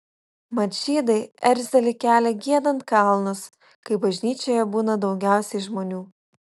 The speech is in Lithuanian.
mat žydai erzelį kelia giedant kalnus kai bažnyčioje būna daugiausiai žmonių